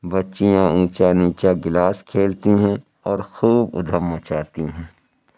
بچیاں اونچا نیچا گلاس کھیلتی ہیں اور خوب اُدھم مچاتی ہیں